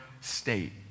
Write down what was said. state